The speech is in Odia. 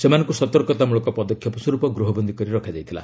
ସେମାନଙ୍କୁ ସତର୍କତାମଳକ ପଦକ୍ଷେପ ସ୍ୱରୂପ ଗୃହବନ୍ଦୀ କରି ରଖାଯାଇଥିଲା